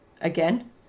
Again